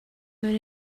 mewn